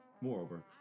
Moreover